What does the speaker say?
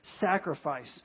sacrifice